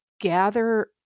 gather